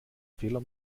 fehler